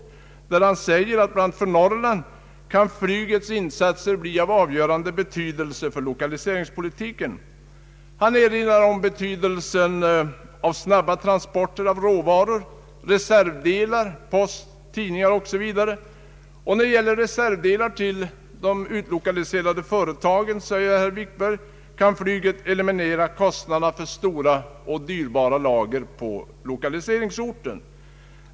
Han säger bl.a, att för Norrland kan flygets insatser bli av avgörande betydelse för lokaliseringspolitiken. Han erinrar om betydelsen av snabba transporter av råvaror, reservdelar, post och tidningar. När det gäller reservdelar till de utlokaliserade företagen säger herr Wickberg att flyget kan eliminera kostnaderna för dyrbara och stora lager på lokaliseringsorten.